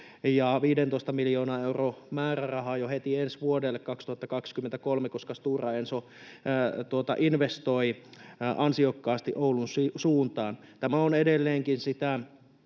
ja 15 miljoonan euron määräraha jo heti ensi vuodelle 2023, koska Stora Enso investoi ansiokkaasti Oulun suuntaan. Tämä on edelleenkin sitä